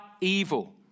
evil